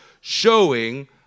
showing